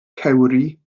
cewri